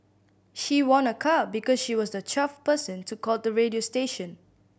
she won a car because she was the twelfth person to call the radio station